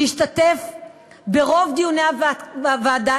שהשתתף ברוב דיוני הוועדה,